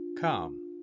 Come